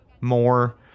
more